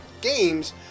games